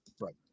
Right